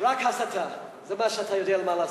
רק הסתה, זה מה שאתה יודע לעשות.